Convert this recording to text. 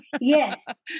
Yes